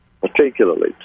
particularly